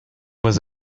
was